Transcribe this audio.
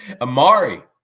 Amari